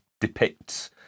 depicts